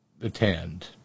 attend